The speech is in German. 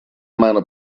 meiner